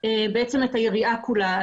היריעה כולה.